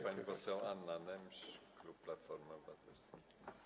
Pani poseł Anna Nemś, klub Platforma Obywatelska.